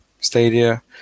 Stadia